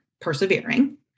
persevering